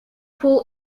pull